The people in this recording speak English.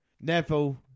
Neville